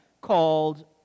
called